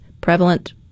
prevalent